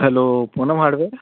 hello Poonam hardware